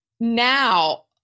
Now